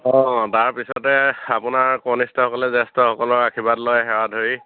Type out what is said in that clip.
অঁ তাৰপিছতে আপোনাৰ কনিষ্ঠসকলে জ্যেষ্ঠসকলৰ আশীৰ্বাদ লয় সেৱা ধৰি